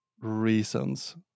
reasons